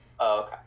Okay